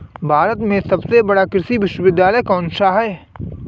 भारत में सबसे बड़ा कृषि विश्वविद्यालय कौनसा है?